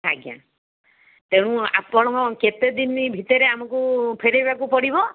ଆଜ୍ଞା ତେଣୁ ଆପଣଙ୍କୁ କେତେ ଦିନ ଭିତରେ ଆମକୁ ଫେରାଇବାକୁ ପଡ଼ିବ